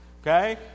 Okay